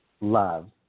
love